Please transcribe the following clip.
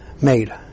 made